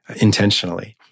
intentionally